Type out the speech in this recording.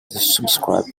subscribe